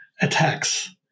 attacks